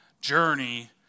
journey